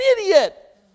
idiot